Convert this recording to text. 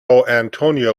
antonio